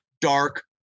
dark